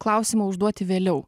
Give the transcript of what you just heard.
klausimą užduoti vėliau